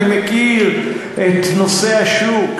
אני מכיר את נושא השוק,